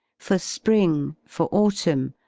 for spring, for autumn,